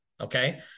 okay